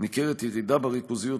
ניכרת ירידה בריכוזיות,